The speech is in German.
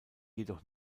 jedoch